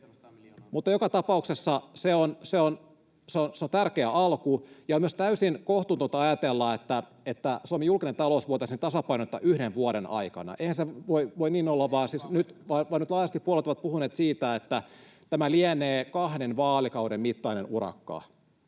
Mutta joka tapauksessa se on tärkeä alku, ja on myös täysin kohtuutonta ajatella, että Suomen julkinen talous voitaisiin tasapainottaa yhden vuoden aikana. Eihän se voi niin olla, vaan nyt laajasti puolueet ovat puhuneet siitä, että tämä lienee kahden vaalikauden mittainen urakka.